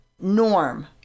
norm